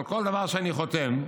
על כל דבר שאני חותם,